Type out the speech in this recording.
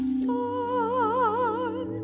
sun